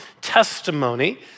testimony